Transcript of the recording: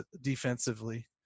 defensively